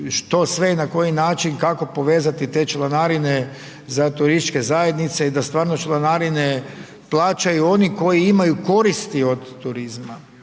što sve na koji način kako povezati te članarine za turističke zajednice i da stvarno članarine plaćaju oni koji imaju koristi od turizma,